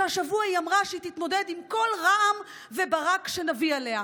שהשבוע היא אמרה שתתמודד עם כל רעם וברק שנביא עליה: